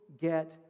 get